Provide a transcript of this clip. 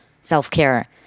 self-care